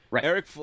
Eric